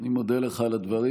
אני מודה לך על הדברים,